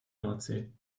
nordsee